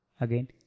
Again